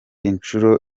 inshuro